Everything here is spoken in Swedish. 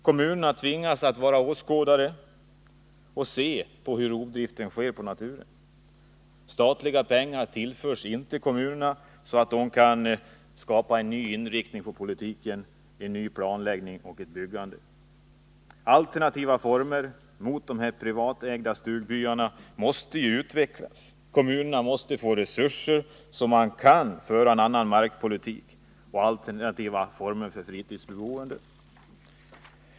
Kommunerna tvingas ätt vara åskådare och se på hur rovdriften sker på naturen. Statliga pengar tillförs inte kommunerna så att de kan skapa en ny inriktning av politiken, en ny planläggning och ett byggande. Alternativa former till dessa privatägda stugbyar måste utvecklas. Kommunerna måste få resurser så att de kan föra en annan markpolitik och skapa alternativa former för fritidsboende.